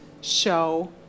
show